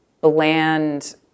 bland